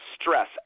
stress